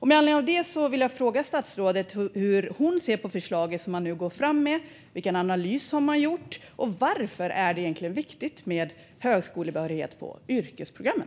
Med anledning av det vill jag fråga statsrådet hur hon ser på förslaget som man nu går fram med, vilken analys man har gjort och varför det egentligen är viktigt med högskolebehörighet på yrkesprogrammen.